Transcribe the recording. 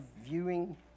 viewing